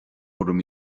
raibh